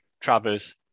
Travers